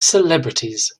celebrities